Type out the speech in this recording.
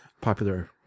popular